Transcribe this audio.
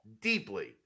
deeply